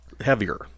heavier